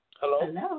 Hello